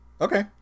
Okay